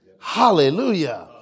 Hallelujah